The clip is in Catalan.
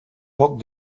poc